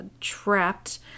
trapped